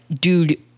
Dude